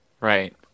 Right